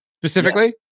specifically